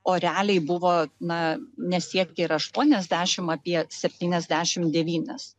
o realiai buvo na nesiekė ir aštuoniasdešimt apie septyniasdešimt devynis